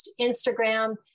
Instagram